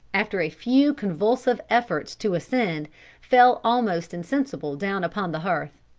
after a few convulsive efforts to ascend fell almost insensible down upon the hearth.